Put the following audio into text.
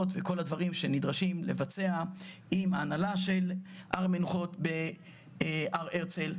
וכל הדברים שנדרשים לבצע עם ההנהלה של הר מנוחות בהר הרצל,